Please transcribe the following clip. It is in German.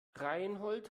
reinhold